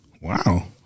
Wow